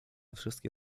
wszystkie